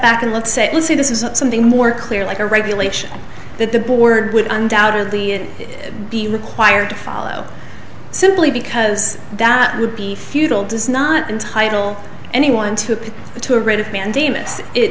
back and let's say let's see this is something more clear like a regulation that the board would undoubtedly be required to follow simply because that would be futile does not entitle anyone to